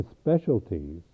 specialties